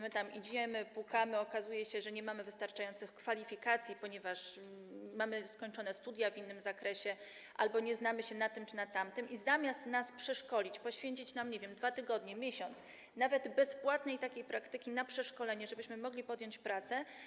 My tam idziemy, pukamy, okazuje się, że nie mamy wystarczających kwalifikacji, ponieważ mamy skończone studia w innym zakresie albo nie znamy się na tym czy na tamtym, i zamiast nas przeszkolić, poświęcić nam, nie wiem, 2 tygodnie, miesiąc, nawet w ramach bezpłatnej praktyki, na przeszkolenie, żebyśmy mogli podjąć pracę.